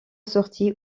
sorti